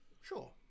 Sure